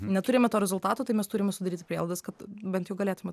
neturime to rezultato tai mes turime sudaryti prielaidas kad bent jau galėtume